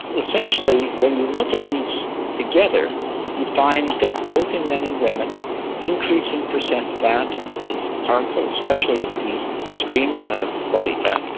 essentially when you look at these together you find that both in men and women an increase in percent fat is harmful, especially at the extremes of body fat,